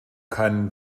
keinen